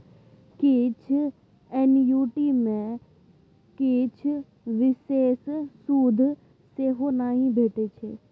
किछ एन्युटी मे किछ बिषेश सुद सेहो नहि भेटै छै